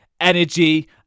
energy